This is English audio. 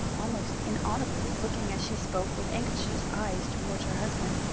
almost inaudibly looking as she spoke, with anxious eyes towards her husband,